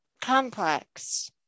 complex